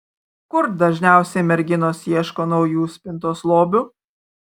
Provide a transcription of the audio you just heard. kur dažniausiai merginos ieško naujų spintos lobių